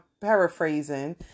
paraphrasing